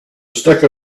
sticker